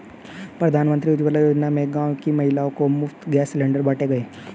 प्रधानमंत्री उज्जवला योजना में गांव की महिलाओं को मुफ्त गैस सिलेंडर बांटे गए